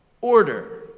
Order